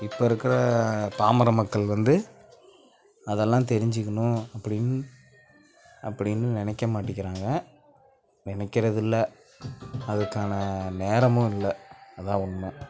இப்போ இருக்கிற பாமர மக்கள் வந்து அதெல்லாம் தெரிஞ்சுக்கிணும் அப்படின்னு அப்படின்னு நினைக்க மாட்டிங்கிறாங்க நினைக்கிறது இல்லை அதுக்கான நேரமும் இல்லை அதுதான் உண்மை